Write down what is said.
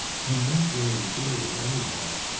i'm not wearing jewelry, anyhow.